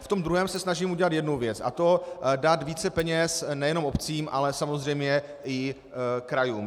V tom druhém se snažím udělat jednu věc, a to dát více peněz nejenom obcím, ale samozřejmě i krajům.